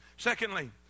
Secondly